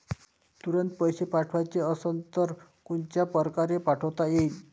तुरंत पैसे पाठवाचे असन तर कोनच्या परकारे पाठोता येईन?